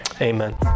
Amen